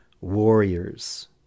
warriors